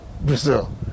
Brazil